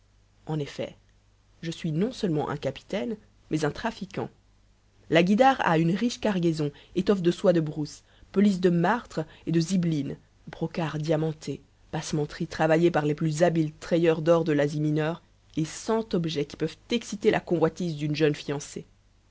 en effet je suis non seulement un capitaine mais un trafiquant la guïdare a une riche cargaison étoffes de soie de brousse pelisses de martre et de zibeline brocarts diamantés passementeries travaillées par les plus habiles trayeurs d'or de l'asie mineure et cent objets qui peuvent exciter la convoitise d'une jeune fiancée